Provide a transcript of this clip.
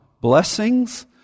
blessings